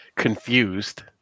confused